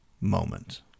moment